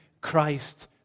Christ